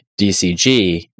DCG